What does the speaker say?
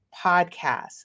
podcast